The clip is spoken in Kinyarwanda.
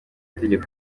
amategeko